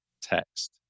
text